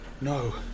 No